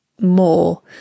more